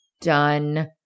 done